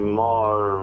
more